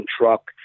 truck